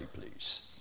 please